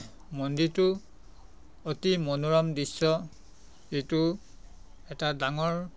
মন্দিৰটো অতি মনোৰম দৃশ্য যিটো এটা ডাঙৰ